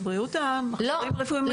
בריאות העם (מכשירים רפואיים מיוחדים) --- לא,